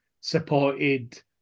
supported